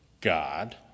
God